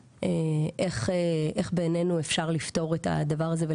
איך בעינינו אפשר לפתור את הדבר הזה.